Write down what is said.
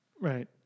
Right